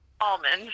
almond